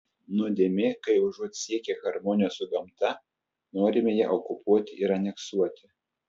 nuodėmė kai užuot siekę harmonijos su gamta norime ją okupuoti ir aneksuoti